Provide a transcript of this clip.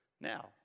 Now